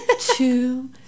two